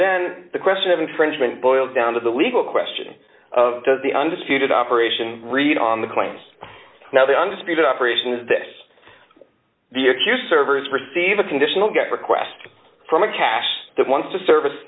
then the question of infringement boils down to the legal question of the undisputed operation read on the claims now the undisputed operation is this the accused servers receive a conditional get request from a cast that wants to serv